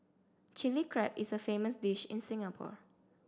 Chilli Crab is a famous dish in Singapore